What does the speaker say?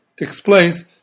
explains